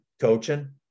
coaching